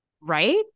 Right